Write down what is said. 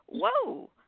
whoa